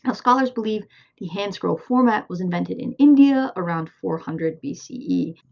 and scholars believe the hand scroll format was invented in india around four hundred bce.